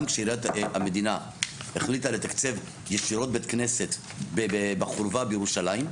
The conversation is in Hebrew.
גם כשהמדינה החליטה לתקצב ישירות בית כנסת בחורבה בירושלים,